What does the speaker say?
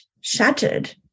shattered